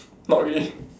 not really